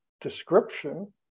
description